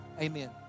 Amen